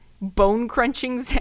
bone-crunching